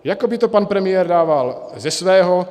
Jako by to pan premiér dával ze svého.